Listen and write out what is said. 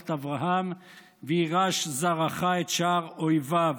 את אברהם: "וירש זרעך את שער איביו".